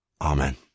Amen